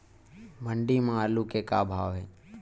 मंडी म आलू के का भाव हे?